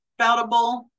Spoutable